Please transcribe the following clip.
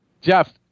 Jeff